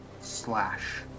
slash